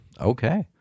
Okay